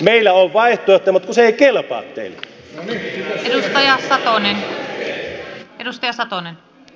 meillä on vaihtoehtoja mutta kun ne eivät kelpaa teille